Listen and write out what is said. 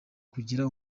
kugira